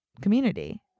community